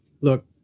Look